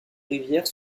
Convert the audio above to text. rivières